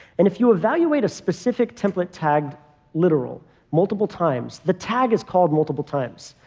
and if you evaluate a specific template tagged literal multiple times, the tag is called multiple times.